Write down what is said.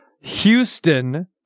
Houston